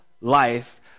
life